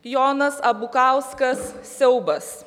jonas abukauskas siaubas